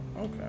Okay